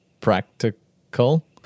practical